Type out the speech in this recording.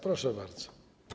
Proszę bardzo.